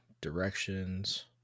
Directions